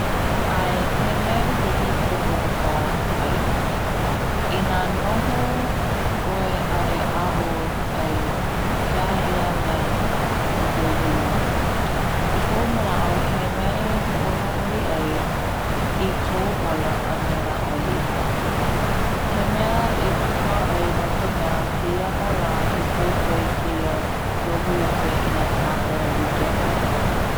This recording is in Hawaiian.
'Ae he mea i hiki ke ho'oko ai, i na noho 'oe a e a'o ai he aha ia mea ka global unity, i ko'u mana'o he mea e ho'ohau'oli ai i kou ola a me ia'oe iho pu, he mea e kupa'a ai no ka mea keia mau la he ko'iko'i keia global unity ina kanaka like'ole.